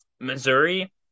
Missouri